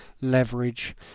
leverage